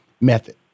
method